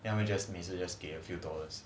then 他们 just 每次给 few dollars